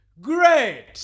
Great